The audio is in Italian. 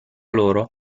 loro